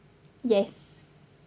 yes